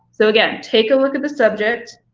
so again, take a look at the subject,